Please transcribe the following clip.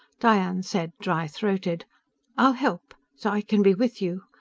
diane said, dry-throated i'll help. so i can be with you.